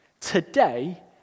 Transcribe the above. Today